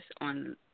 on